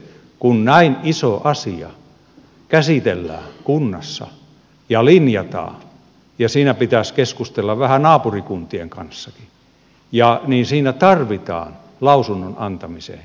kun näin iso asia käsitellään kunnassa ja linjataan ja siinä pitäisi keskustella vähän naapurikuntienkin kanssa niin siinä tarvitaan lausunnon antamiseen riittävä aika